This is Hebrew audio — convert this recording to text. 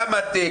קמאטק,